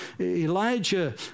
Elijah